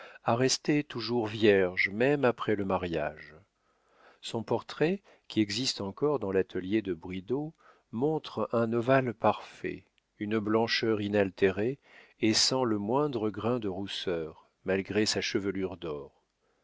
rester toujours vierges même après le mariage son portrait qui existe encore dans l'atelier de bridau montre un ovale parfait une blancheur inaltérée et sans le moindre grain de rousseur malgré sa chevelure